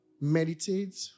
Meditate